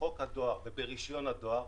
בחוק הדואר וברישיון הדואר,